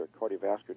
cardiovascular